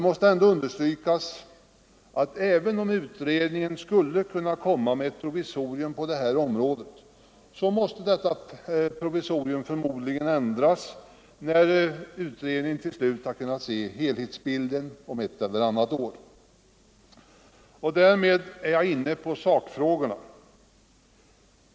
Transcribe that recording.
Även om beredningen skulle kunna åstadkomma ett provisorium på detta område, måste provisoriet förmodligen ändras när beredningen till slut kan se helhetsbilden om ett eller annat år. Därmed är jag inne på sakfrågorna.